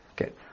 Okay